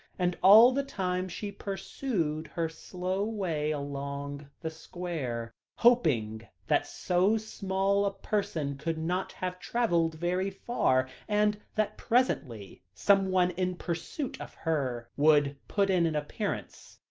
and all the time she pursued her slow way along the square, hoping that so small a person could not have travelled very far, and that presently someone in pursuit of her would put in an appearance.